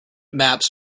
maps